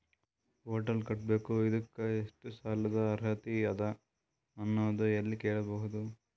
Hotel ಕಟ್ಟಬೇಕು ಇದಕ್ಕ ಎಷ್ಟ ಸಾಲಾದ ಅರ್ಹತಿ ಅದ ಅನ್ನೋದು ಎಲ್ಲಿ ಕೇಳಬಹುದು?